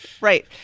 Right